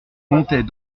montait